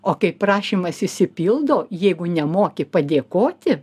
o kai prašymas išsipildo jeigu nemoki padėkoti